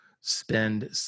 spend